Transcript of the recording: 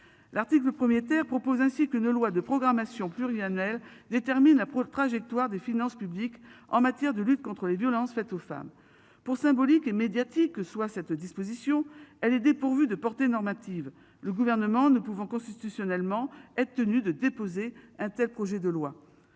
L'article 1er terre propose ainsi que nos lois de programmation pluriannuelle détermine la trajectoire des finances publiques en matière de lutte contre les violences faites aux femmes pour symbolique et médiatique que soit cette disposition, elle est dépourvu de portée normative. Le gouvernement ne pouvant constitutionnellement, être tenus de déposer un tel projet de loi.